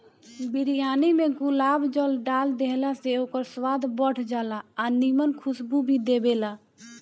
बिरयानी में गुलाब जल डाल देहला से ओकर स्वाद बढ़ जाला आ निमन खुशबू भी देबेला